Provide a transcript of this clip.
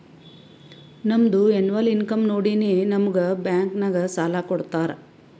ನಮ್ದು ಎನ್ನವಲ್ ಇನ್ಕಮ್ ನೋಡಿನೇ ನಮುಗ್ ಬ್ಯಾಂಕ್ ನಾಗ್ ಸಾಲ ಕೊಡ್ತಾರ